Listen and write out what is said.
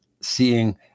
seeing